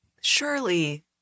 surely